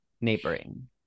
Neighboring